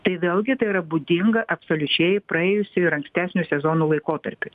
tai vėlgi tai yra būdinga absoliučiai praėjusių ir ankstesnių sezonų laikotarpiui